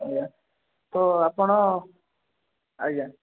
ଆଜ୍ଞା ତ ଆପଣ ଆଜ୍ଞା